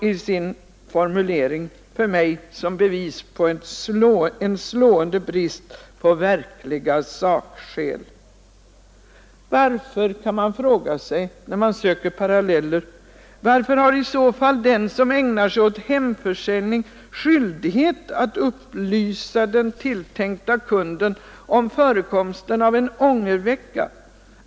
Denna formulering framstår för mig som ett bevis för en slående brist på verkliga sakskäl. Varför — kan man fråga sig när man söker paralleller — har i så fall den som ägnar sig åt hemförsäljning skyldighet att upplysa den tilltänkte kunden om förekomsten av en ångervecka?